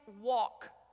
walk